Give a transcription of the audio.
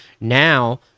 Now